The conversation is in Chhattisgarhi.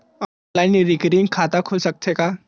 ऑनलाइन रिकरिंग खाता खुल सकथे का?